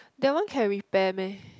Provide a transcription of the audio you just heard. that one can repair meh